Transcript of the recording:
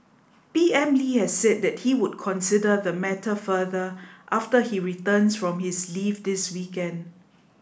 P M Lee has said that he would consider the matter further after he returns from his leave this weekend